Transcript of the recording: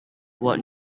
what